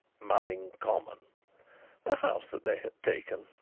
mulling common a house that they had taken.